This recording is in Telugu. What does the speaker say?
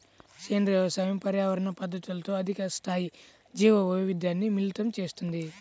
సేంద్రీయ వ్యవసాయం పర్యావరణ పద్ధతులతో అధిక స్థాయి జీవవైవిధ్యాన్ని మిళితం చేస్తుంది